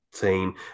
team